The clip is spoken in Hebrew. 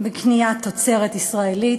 של קניית תוצרת ישראלית.